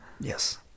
yes